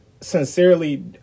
sincerely